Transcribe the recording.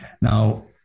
Now